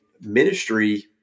ministry